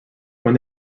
when